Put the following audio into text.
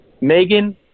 Megan